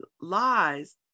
lies